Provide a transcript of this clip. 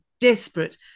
desperate